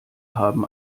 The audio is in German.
haben